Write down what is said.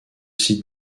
sites